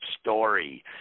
story